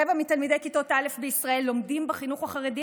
רבע מתלמידי כיתות א' בישראל לומדים היום בחינוך החרדי,